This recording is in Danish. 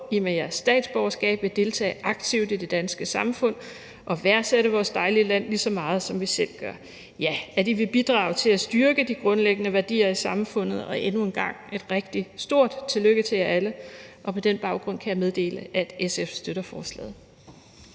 I med jeres statsborgerskab vil deltage aktivt i det danske samfund og værdsætte vores dejlige land lige så meget, som vi selv gør – ja, at I vil bidrage til at styrke de grundlæggende værdier i samfundet. Og endnu en gang et rigtig stort tillykke til jer alle. På den baggrund kan jeg meddele, at SF støtter forslaget.